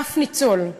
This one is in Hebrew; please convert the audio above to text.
אף ניצול,